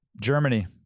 Germany